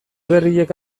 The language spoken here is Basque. berriek